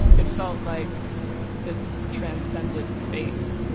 it felt like this transcendent space